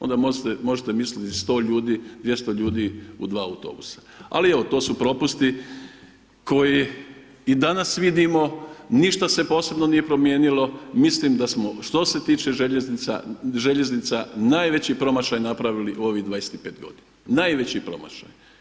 Onda možete misliti 100 ljudi, 200 ljudi u 2 autobusa, ali evo to su propusti koji i danas vidimo, ništa se posebno nije promijenilo, mislim da smo što se tiče željeznica najveći promašaj napravili u ovih 25 godina, najveći promašaj.